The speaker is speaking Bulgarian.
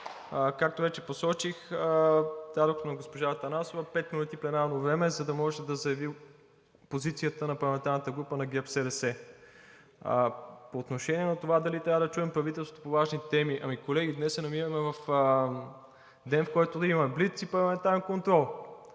Както вече посочих, дадох на госпожа Атанасова пет минути пленарно време, за да може да заяви позицията на парламентарната група на ГЕРБ-СДС. По отношение на това дали трябва да чуем правителството по важни теми – ами, колеги, днес се намираме в ден, в който имаме блиц- и парламентарен контрол.